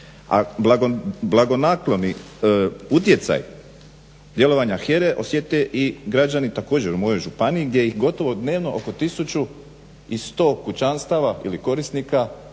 A blagonakloni utjecaj djelovanja HERA-e osjete i građani također u mojoj županiji gdje ih gotovo dnevno oko 1100 korisnika